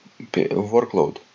workload